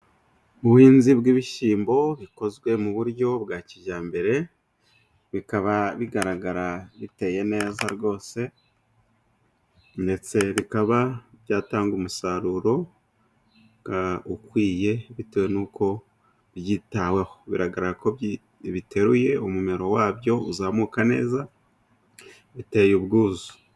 Ubuhinzi bw'ibishyimbo bikozwe mu buryo bwa kijyambere bikaba bigaragara biteye neza rwose, ndetse bikaba byatanga umusaruro ukwiye bitewe n'uko byitaweho, bigaragarako biteruye umumero wabyo uzamuka neza biteye ubwuzu.